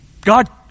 God